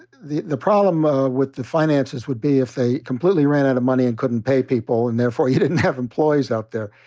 the the problem ah with the finances would be if they completely ran out of money and couldn't pay people. and therefore you didn't have employees out there.